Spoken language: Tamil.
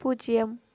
பூஜ்ஜியம்